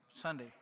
Sunday